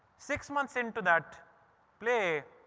six months into that play,